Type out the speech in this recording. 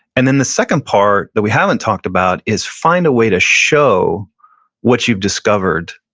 and then the second part that we haven't talked about is find a way to show what you've discovered.